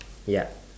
ya